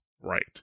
right